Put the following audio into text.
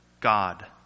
God